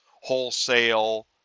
wholesale